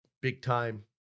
big-time